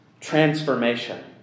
transformation